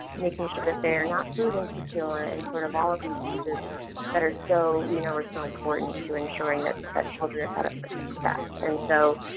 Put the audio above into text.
making sure that they are not food insecure and sort of all of these pieces that are so you know, are so important to ensuring that that children are set up for success. and so,